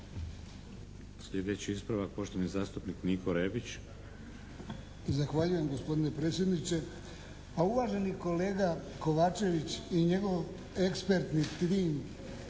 Sljedeći ispravak, poštovani zastupnik Niko Rebić. **Rebić, Niko (HDZ)** Zahvaljujem gospodine predsjedniče. Pa uvaženi kolega Kovačević i njegov ekspertni tim